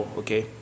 okay